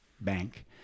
bank